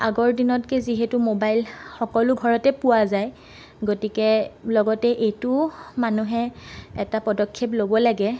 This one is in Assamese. আগৰ দিনতকে যিহেতু মোবাইল সকলো ঘৰতে পোৱা যায় গতিকে লগতে এইটোও মানুহে এটা পদক্ষেপ ল'ব লাগে